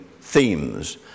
themes